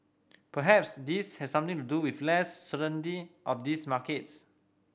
perhaps this has something to do with less certainty of these markets